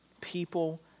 People